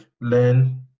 learn